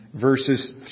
verses